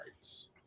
rights